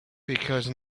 because